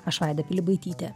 aš vaida pilibaitytė